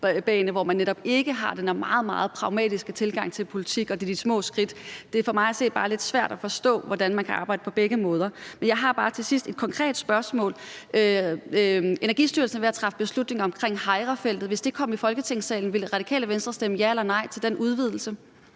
hvor man netop ikke har den her meget, meget pragmatiske tilgang til politik, og det er de små skridt. Det er for mig at se bare lidt svært at forstå, hvordan man kan arbejde på begge måder. Men jeg har til sidst bare et konkret spørgsmål. Energistyrelsen er ved at træffe beslutning omkring Hejrefeltet. Ville Radikale Venstre, hvis det kom i Folketingssalen, stemme ja eller nej til den udvidelse?